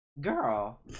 girl